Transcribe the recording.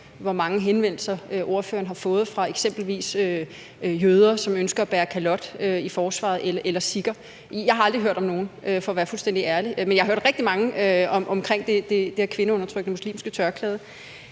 hvor mange henvendelser ordføreren har fået fra eksempelvis jøder, som ønsker at bære kalot i forsvaret, og sikher. Jeg har aldrig hørt om nogen for at være fuldstændig ærlig, men jeg har hørt om rigtig mange i forbindelse med det her kvindeundertrykkende muslimske tørklæde.